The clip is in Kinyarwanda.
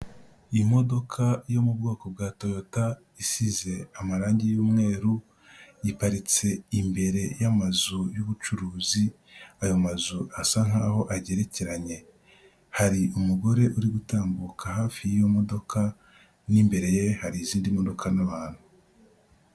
Imodoka yo mu bwoko bwa toyota isize amarangi y'umweru, iparitse imbere y'amazu y'ubucuruzi, ayo mazu asa nkaho agerekeranye, hari umugore uri gutambuka hafi y'iyo modoka n'imbere ye hari izindi modoka n'abantu.